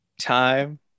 time